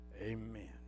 Amen